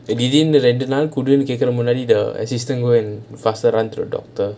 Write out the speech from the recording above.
திடீருனு ரெண்டு நாள் குடுன்னு கேக்குற முன்னாடி:thideerunu rendu naal kudunu kaekura munaadi the assistant [one] faster ran to the doctor